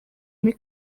muri